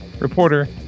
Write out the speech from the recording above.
reporter